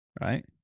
right